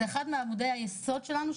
זה אחד מעמודי היסוד שלנו,